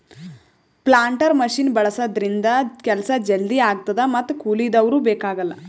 planter machine ಬಳಸಿದ್ರಿಂದ ಕೆಲ್ಸ ಜಲ್ದಿ ಆಗ್ತದ ಮತ್ತ್ ಕೂಲಿದವ್ರು ಬೇಕಾಗಲ್